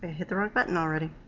hit the wrong button already.